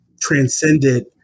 transcended